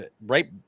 right